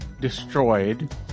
destroyed